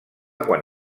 quan